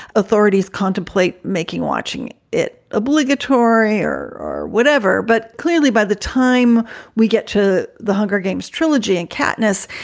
authorities contemplate making watching it obligatory or or whatever. but clearly, by the time we get to the hunger games trilogy and katniss,